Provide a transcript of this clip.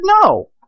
No